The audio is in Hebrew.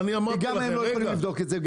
וגם הם לא יכולים לבדוק את זה.